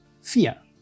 vier